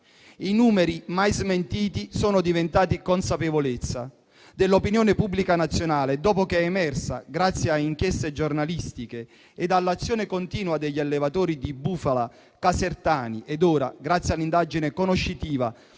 I numeri, mai smentiti, sono diventati consapevolezza dell'opinione pubblica nazionale, dopo che sono emersi grazie a inchieste giornalistiche e all'azione continua degli allevatori di bufala casertani ed ora, grazie all'indagine conoscitiva